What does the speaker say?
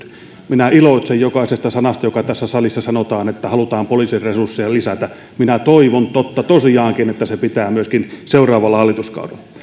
minä iloitsen jokaisesta sanasta joka tässä salissa sanotaan että halutaan poliisin resursseja lisätä minä toivon totta tosiaankin että se pitää myöskin seuraavalla hallituskaudella